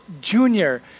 junior